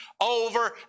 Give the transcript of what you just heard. over